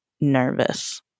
nervous